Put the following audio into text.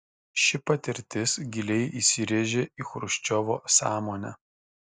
ši patirtis giliai įsirėžė į chruščiovo sąmonę